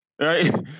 Right